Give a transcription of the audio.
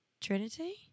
Trinity